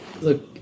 Look